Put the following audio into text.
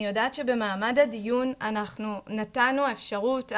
אני יודעת שבמעמד הדיון נתנו אפשרות,